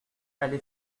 allée